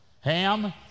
ham